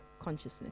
consciousness